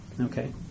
Okay